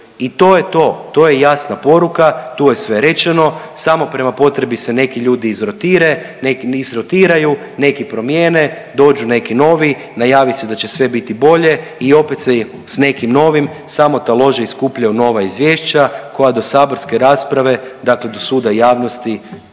I to je to. To je jasna poruka tu je sve rečeno, samo prema potrebi se neki ljudi izrotire, iz rotiraju, neki promijene, dođu neki novi, najavi se da će sve biti bolje i opet se s nekim novim samo talože i skupljaju nova izvješća koja do saborske rasprave, dakle do suda javnosti